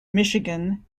michigan